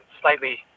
slightly